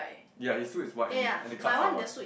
ya his suit is white and the and the cuts are white